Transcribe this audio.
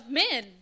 men